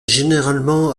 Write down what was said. généralement